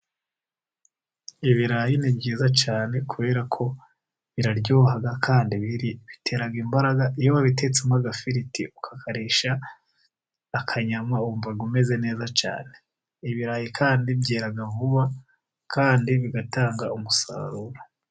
Ibirayi ni byiza cyane, kubera ko biraryoha kandi bi bitera imbaraga. Iyo wabitetsemo agafiriti ukakarisha akanyama, wumva umeze neza cyane. Ibirayi kandi byera vuba kandi bigatanga umusaruro.